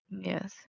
Yes